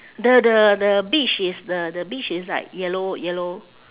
the the the beach is the the beach is like yellow yellow